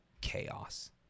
chaos